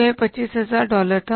वह 25000 डॉलर था